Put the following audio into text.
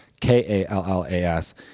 K-A-L-L-A-S